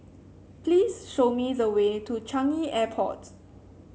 please show me the way to Changi Airport